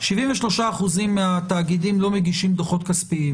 כך ש-73% מהתאגידים לא מגישים דוחות כספיים,